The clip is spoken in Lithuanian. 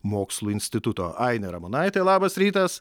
mokslų instituto ainė ramonaitė labas rytas